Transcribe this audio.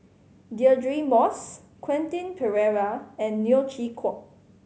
Deirdre Moss Quentin Pereira and Neo Chwee Kok